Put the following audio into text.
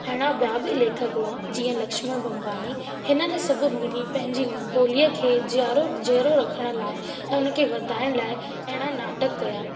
अहिड़ा ॿिया बि लेखक हुआ जीअं लक्ष्मण बंबाणी हिननि सभु मिली पंहिंजी ॿोलीअ खे जियारो जोरो रखण लाइ ऐं उन खे वधाइण लाइ अहिड़ा नाटक कया